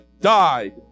died